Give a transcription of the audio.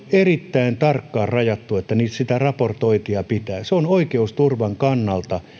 erittäin tarkkaan rajattu että sitä raportointia pitää olla se on oikeusturvan kannalta